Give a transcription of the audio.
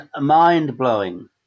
mind-blowing